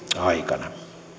aikana